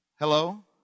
Hello